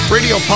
Radio